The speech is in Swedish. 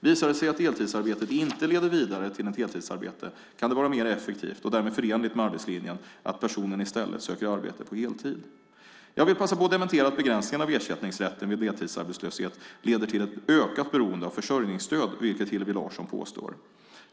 Visar det sig att deltidsarbetet inte leder vidare till ett heltidsarbete kan det vara mer effektivt, och därmed förenligt med arbetslinjen, att personen i stället söker arbete på heltid. Jag vill passa på att dementera att begränsningen av ersättningsrätten vid deltidsarbetslöshet leder till ett ökat beroende av försörjningsstöd vilket Hillevi Larsson påstår.